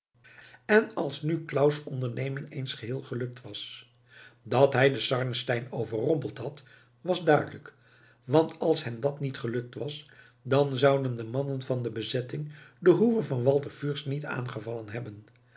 en als nu claus onderneming eens geheel gelukt was dat hij den sarnenstein overrompeld had was duidelijk want als hem dat niet gelukt was dan zouden de mannen van de bezetting de hoeve van walter fürst niet aangevallen hebben